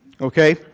okay